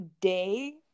day